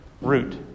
root